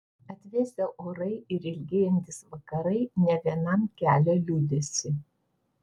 atvėsę orai ir ilgėjantys vakarai ne vienam kelia liūdesį